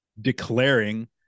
declaring